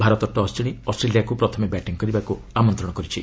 Bharat toss ଜିଶି ଅଷ୍ଟ୍ରେଲିଆକୁ ପ୍ରଥମେ ବ୍ୟାଟିଂ କରିବାକୁ ଆମନ୍ତ୍ରଣ କରିଛି